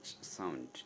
sound